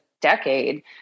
decade